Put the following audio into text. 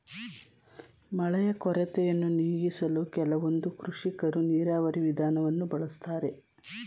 ಮಳೆಯ ಕೊರತೆಯನ್ನು ನೀಗಿಸಲು ಕೆಲವೊಂದು ಕೃಷಿಕರು ನೀರಾವರಿ ವಿಧಾನವನ್ನು ಬಳಸ್ತಾರೆ